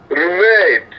remade